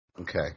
Okay